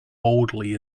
boldly